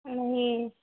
نہیں